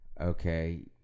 okay